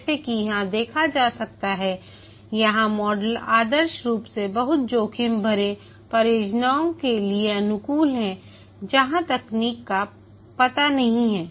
जैसा कि यहाँ देखा जा सकता है यह मॉडल आदर्श रूप से बहुत जोखिम भरे परियोजनाओं के लिए अनुकूल है जहाँ तकनीक का पता नहीं है